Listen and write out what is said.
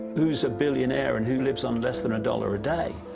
who's a billionaire and who lives on less than a dollar a day.